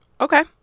Okay